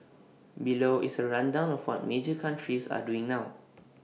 below is A rundown of what major countries are doing now